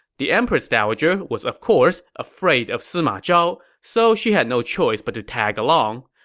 the empress dowager was of course afraid of sima zhao, so she had no choice but to tag along.